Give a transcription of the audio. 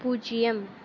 பூஜ்யம்